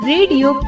Radio